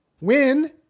win